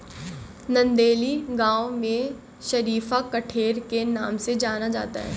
नंदेली गांव में शरीफा कठेर के नाम से जाना जाता है